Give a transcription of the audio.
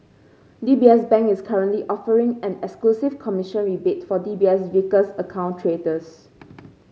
D B S Bank is currently offering an exclusive commission rebate for D B S Vickers account traders